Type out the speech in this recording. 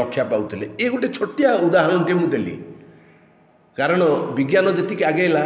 ରକ୍ଷା ପାଉଥିଲେ ଏ ଗୋଟିଏ ଛୋଟିଆ ଉଦାହରଣ ଟେ ମୁଁ ଦେଲି କାରଣ ବିଜ୍ଞାନ ଯେତିକି ଆଗାଇଲା